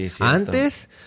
antes